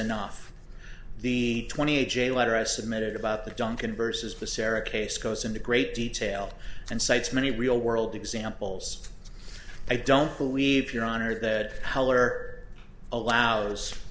enough the twenty a j letter i submitted about the drunken vs the sarah case goes into great detail and cites many real world examples i don't believe your honor that hell or allow